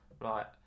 Right